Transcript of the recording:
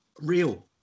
real